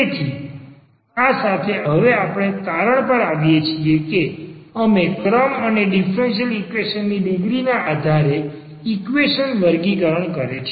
તેથી આ સાથે આપણે હવે તારણ પર આવીએ છીએ કે અમે ક્રમ અને ડીફરન્સીયલ ઈક્વેશન ની ડિગ્રી ના આધારે ઈક્વેશન વર્ગીકરણ કરે છે